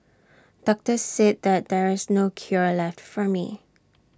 doctors said that there is no cure left for me